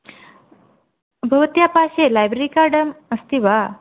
भवत्याः पार्श्वे लैब्रेरी कार्डम् अस्ति वा